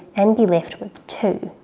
and be left with two.